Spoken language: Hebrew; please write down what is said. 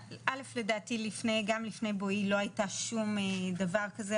לדעתי גם לפני בואי לא הייתה שום מדיניות כזאת,